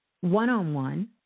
one-on-one